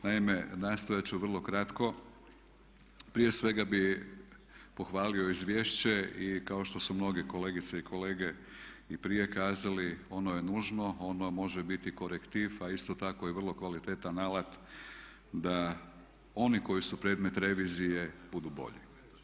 Naime, nastojati ću vrlo kratko, prije svega bih pohvalio izvješće i kao što su mnoge kolegice i kolege i prije kazali ono je nužno, ono može biti korektiv a isto tako je vrlo kvalitetan alat da oni koji su predmet revizije budu bolji.